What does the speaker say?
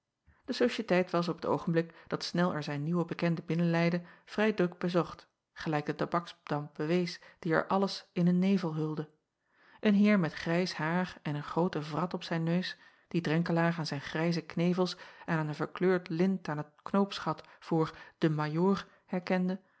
e ociëteit was op het oogenblik dat nel er zijn nieuwen bekende binnenleidde vrij druk bezocht gelijk de acob van ennep laasje evenster delen tabaksdamp bewees die er alles in een nevel hulde en eer met grijs haar en een groote wrat op zijn neus dien renkelaer aan zijn grijze knevels en aan een verkleurd lint aan t knoopsgat voor den ajoor herkende